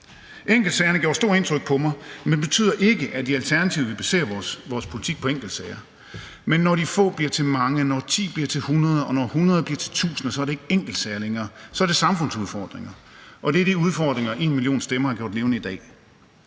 Enkeltsagerne gjorde stort indtryk på mig, men det betyder ikke, at vi i Alternativet vil basere vores politik på enkeltsager. Men når de få bliver til mange, når 10 bliver til 100, og når 100 bliver til 1.000, er det ikke enkeltsager længere, så er det samfundsudfordringer, og det er de udfordringer, #enmillionstemmer har gjort levende i dag.